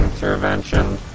intervention